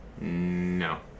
No